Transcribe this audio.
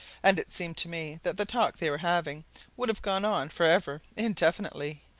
and it seemed to me that the talk they were having would have gone on for ever, indefinitely,